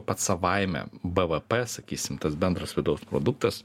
pats savaime bvp sakysim tas bendras vidaus produktas